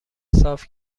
صاف